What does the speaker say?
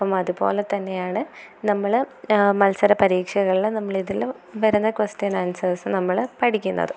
അപ്പം അതുപോലെത്തന്നെയാണ് നമ്മൾ മത്സര പരീക്ഷകളിൽ നമ്മളിതിലും വരുന്ന ക്വസ്റ്റ്യൻ ആൻസേർസ് നമ്മൾ പഠിക്കുന്നത്